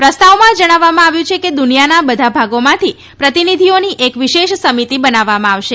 પ્રસ્તાવમાં જણાવવામાં આવ્યું છે કે દુનિયાના બધા ભાગોમાંથી પ્રતિનિધિઓની એક વિશેષ સમિતિ બનાવવામાં આવશે